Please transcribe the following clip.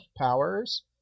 powers